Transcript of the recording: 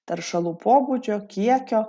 taršalų pobūdžio kiekio